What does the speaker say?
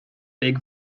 big